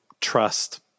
trust